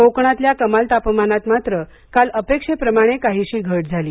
कोकणातल्या कमाल तापमानात मात्र काल अपेक्षेप्रमाणे काहीशी घट झाली